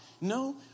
no